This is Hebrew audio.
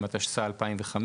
התשמ"א 1981,